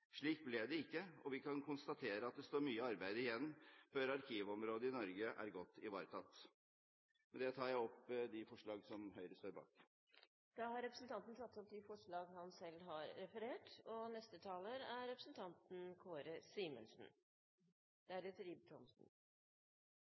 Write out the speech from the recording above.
Slik ble det ikke, og vi kan konstatere at det står mye arbeid igjen før arkivområdet i Norge er godt ivaretatt. Jeg tar opp det forslaget som også Høyre står bak. Representanten Olemic Thommessen har da tatt opp det forslag han